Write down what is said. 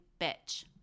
Bitch